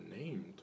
named